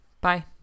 Bye